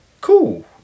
cool